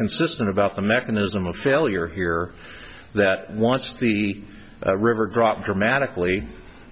consistent about the mechanism of failure here that wants the river dropped dramatically